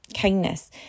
kindness